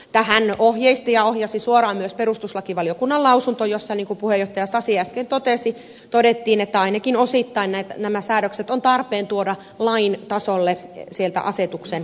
tähän ohjeisti ja ohjasi suoraan myös perustuslakivaliokunnan lausunto jossa niin kuin puheenjohtaja sasi äsken totesi todettiin että ainakin osittain nämä säädökset on tarpeen tuoda lain tasolle sieltä asetuksen tasolta